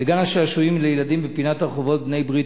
בגן-השעשועים לילדים בפינת הרחובות בני-ברית